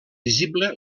visible